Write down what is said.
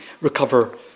recover